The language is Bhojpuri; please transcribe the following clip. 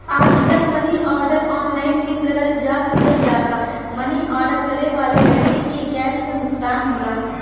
आजकल मनी आर्डर ऑनलाइन भी करल जा सकल जाला मनी आर्डर करे वाले व्यक्ति के कैश में भुगतान होला